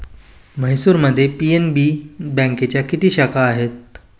म्हैसूरमध्ये पी.एन.बी बँकेच्या किती शाखा आहेत?